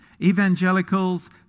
evangelicals